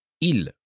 Il